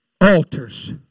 altars